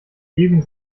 levin